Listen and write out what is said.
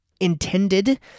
intended